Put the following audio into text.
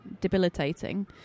debilitating